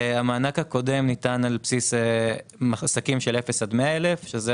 המענק הקודם ניתן על בסיס עסקים של אפס עד 100,000 שקל,